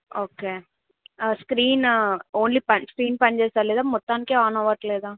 okay screen only screen పని చెయ్యలేదా మొత్తానికే ఆన్ అవ్వట్లేదా